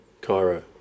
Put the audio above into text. Cairo